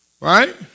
Right